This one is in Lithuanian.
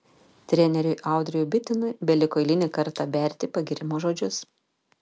treneriui audriui bitinui beliko eilinį kartą berti pagyrimo žodžius